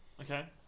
okay